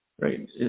Right